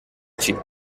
chee